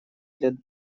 для